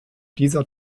dieser